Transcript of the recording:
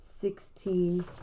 sixteen